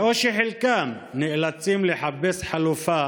או שחלקם נאלצים לחפש חלופה